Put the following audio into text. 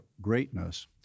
greatness